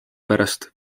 pärast